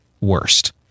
worst